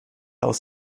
aus